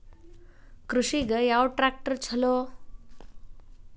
ಕೃಷಿಗ ಯಾವ ಟ್ರ್ಯಾಕ್ಟರ್ ಛಲೋ?